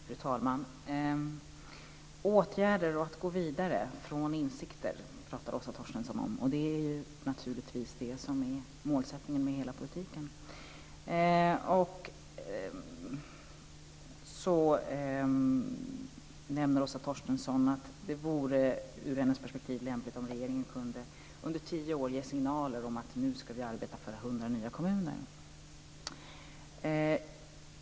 Fru talman! Åtgärder och att gå vidare utifrån insikter, talar Åsa Torstensson om. Och det är naturligtvis det som är målsättningen för hela politiken. Åsa Torstensson nämner att det ur hennes perspektiv vore lämpligt om regeringen under tio år kunde ge signaler om att vi nu ska arbeta för 100 nya kommuner.